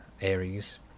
Aries